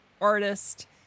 artist